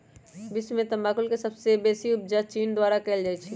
विश्व में तमाकुल के सबसे बेसी उपजा चीन द्वारा कयल जाइ छै